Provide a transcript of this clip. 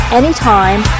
anytime